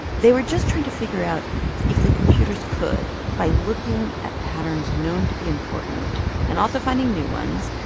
they were just trying to figure out if the computers could, by looking at patterns known to be important and also finding new ones,